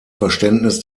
verständnis